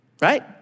Right